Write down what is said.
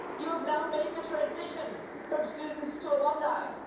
you have now made the transition from students to alumni.